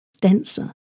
denser